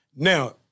Now